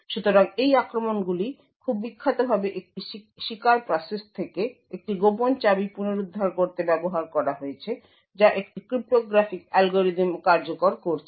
সুতরাং এই আক্রমণগুলি খুব বিখ্যাতভাবে একটি শিকার প্রসেস থেকে একটি গোপন চাবি পুনরুদ্ধার করতে ব্যবহার করা হয়েছে যা একটি ক্রিপ্টোগ্রাফিক অ্যালগরিদম কার্যকর করছে